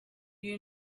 you